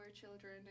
children